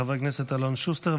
חבר הכנסת אלון שוסטר,